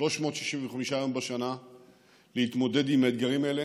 365 יום בשנה ומתמודדים עם האתגרים האלה.